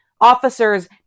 officers